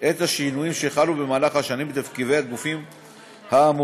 את השינויים שחלו במהלך השנים בתפקידי הגופים האמורים.